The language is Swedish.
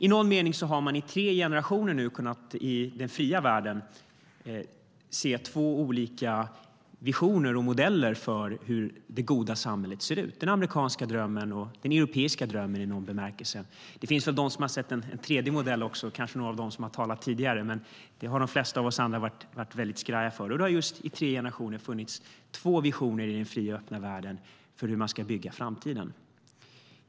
I någon mening har man nu i tre generationer i den fria världen kunnat se två olika visioner och modeller för det goda samhället - den amerikanska drömmen och den europeiska drömmen. Det finns väl de som har sett en tredje modell också, kanske någon av dem som har talat tidigare, men den har de flesta av oss andra varit väldigt skraja för. Det har i tre generationer i den fria och öppna världen funnits två visioner för hur man ska bygga framtiden.